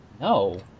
No